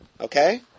Okay